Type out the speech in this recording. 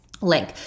link